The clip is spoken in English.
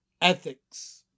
ethics